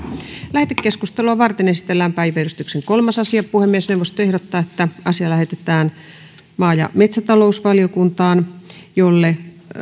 lähetekeskustelua varten esitellään päiväjärjestyksen kolmas asia puhemiesneuvosto ehdottaa että asia lähetetään maa ja metsätalousvaliokuntaan jolle